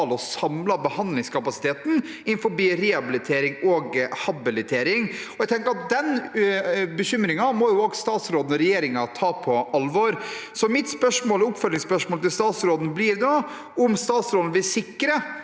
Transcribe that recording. og samlede behandlingskapasiteten innen rehabilitering og habilitering. Jeg tenker at den bekymringen må også statsråden og regjeringen ta på alvor, så mitt oppfølgingsspørsmål til statsråden blir da: Vil statsråden sikre,